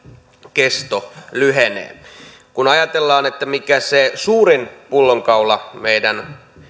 kesto lyhenee kun ajatellaan mikä se suurin pullonkaula meidän